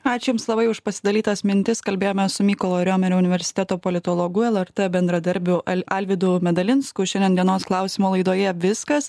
ačiū jums labai už pasidalytas mintis kalbėjome su mykolo riomerio universiteto politologu lrt bendradarbiu al alvydu medalinsku šiandien dienos klausimo laidoje viskas